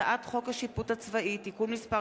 הצעת חוק השיפוט הצבאי (תיקון מס'